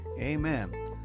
Amen